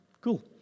Cool